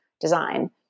design